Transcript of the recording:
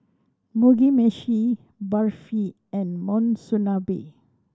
Mugi Meshi Barfi and Monsunabe